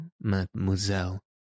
mademoiselle